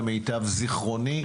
למיטב זכרוני,